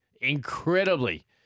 incredibly